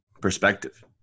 perspective